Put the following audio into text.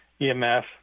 EMF